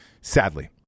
Sadly